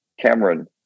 Cameron